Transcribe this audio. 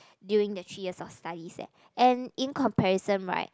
during the three years of studies eh and in comparison right